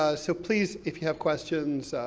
ah so please, if you have questions,